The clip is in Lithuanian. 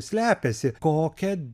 slepiasi kokia